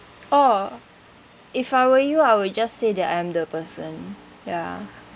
oh if I were you I would just say that I'm the person ya